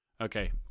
Okay